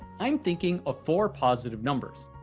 i'm thinking of four positive numbers.